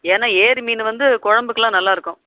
ஏன்னா ஏரி மீன் வந்து கொழம்புக்கெல்லாம் நல்லாயிருக்கும்